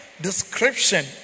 description